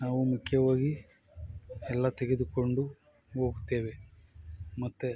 ನಾವು ಮುಖ್ಯವಾಗಿ ಎಲ್ಲ ತೆಗೆದುಕೊಂಡು ಹೋಗ್ತೇವೆ ಮತ್ತೆ